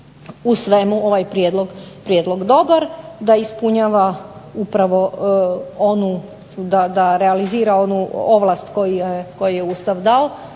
u svemu, ovaj prijedlog dobar, da ispunjava upravo onu, da realizira onu ovlast koju je Ustav dao